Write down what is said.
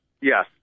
Yes